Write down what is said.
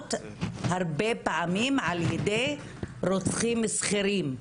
נרצחות הרבה פעמים על-ידי רוצחים שכירים.